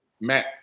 Matt